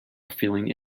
feeling